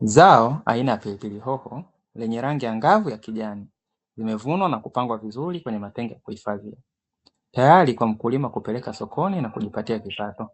Zao aina ya pilipili hoho, lenye rangi angavu ya kijani, limevunwa na kupangwa vizuri kwenye matega ya kuhifadhia, tayari kwa mkulima kupeleka sokoni na kujipatia kipato.